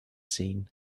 seen